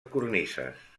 cornises